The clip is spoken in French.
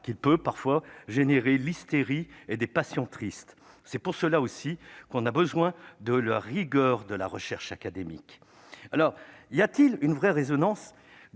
qu'il peut parfois générer l'hystérie et des patients, triste, c'est pour cela aussi qu'on a besoin de la rigueur de la recherche académique alors y a-t-il une vraie résonance